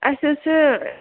اَسہِ حظ چھِ